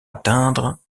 atteindre